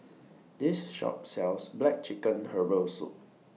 This Shop sells Black Chicken Herbal Soup